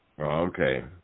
okay